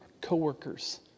co-workers